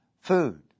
food